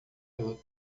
pelo